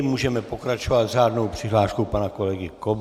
Můžeme pokračovat řádnou přihláškou pana kolegy Kobzy.